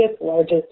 largest